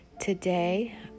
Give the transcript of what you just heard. today